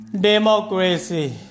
democracy